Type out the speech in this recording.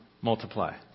multiply